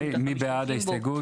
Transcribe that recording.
אוקיי, מי בעד ההסתייגות?